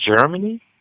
Germany